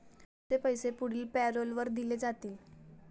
तुमचे पैसे पुढील पॅरोलवर दिले जातील